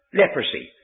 leprosy